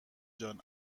جان